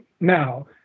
now